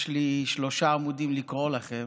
יש לי שלושה עמודים לקרוא לכם,